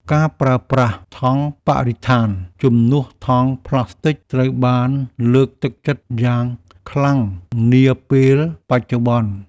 ការប្រើប្រាស់ថង់បរិស្ថានជំនួសថង់ផ្លាស្ទិកត្រូវបានលើកទឹកចិត្តយ៉ាងខ្លាំងនាពេលបច្ចុប្បន្ន។